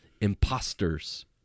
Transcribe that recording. imposters